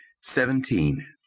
Seventeen